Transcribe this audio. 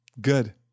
good